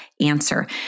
answer